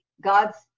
God's